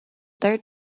third